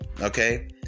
Okay